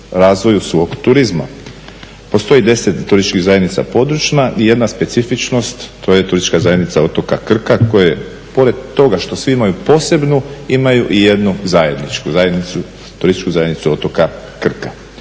razvoju svog turizma. Postoji 10 turističkih zajednica područna i jedna specifičnost to je Turistička zajednica otoka Krka koja je pored toga što svi imaju posebnu imaju i jednu zajedničku zajednicu, Turističku zajednicu otoka Krka.